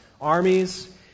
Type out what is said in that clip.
armies